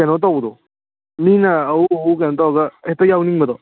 ꯀꯩꯅꯣ ꯇꯧꯕꯗꯣ ꯃꯤꯅ ꯑꯋꯨ ꯑꯋꯨ ꯀꯩꯅꯣ ꯇꯧꯔꯒ ꯍꯦꯛꯇ ꯌꯥꯎꯅꯤꯡꯕꯗꯣ